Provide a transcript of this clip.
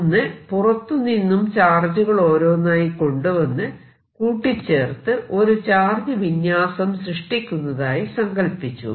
ഒന്ന് പുറത്തു നിന്നും ചാർജുകൾ ഓരോന്നായി കൊണ്ടുവന്ന് കൂട്ടിചേർത്ത് ഒരു ചാർജ് വിന്യാസം സൃഷ്ടിക്കുന്നതായി സങ്കൽപ്പിച്ചു